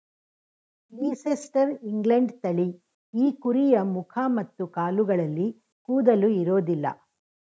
Leicester England ತಳಿ ಈ ಕುರಿಯ ಮುಖ ಮತ್ತು ಕಾಲುಗಳಲ್ಲಿ ಕೂದಲು ಇರೋದಿಲ್ಲ